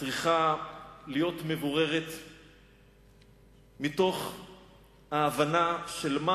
צריכה להיות מבוררת מתוך ההבנה של מה